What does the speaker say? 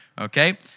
okay